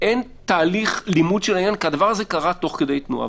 אין תהליך לימוד של העניין כי הדבר הזה קרה תוך כדי תנועה.